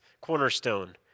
cornerstone